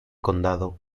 condado